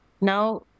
Now